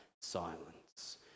silence